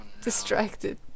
distracted